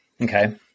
Okay